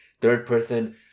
third-person